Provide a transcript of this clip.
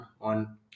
on